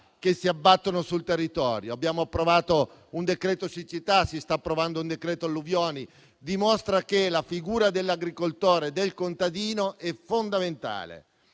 che si abbattono sul territorio. Abbiamo approvato un decreto-legge siccità e si sta approvando un decreto-legge alluvioni; ciò dimostra che la figura dell'agricoltore e del contadino è fondamentale.